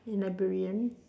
librarian